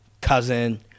cousin